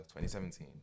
2017